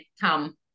come